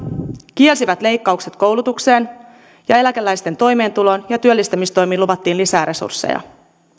kielsivät leikkaukset koulutukseen ja eläkeläisten toimeentuloon ja työllistämistoimiin luvattiin lisää resursseja